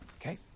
Okay